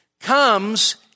comes